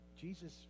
Jesus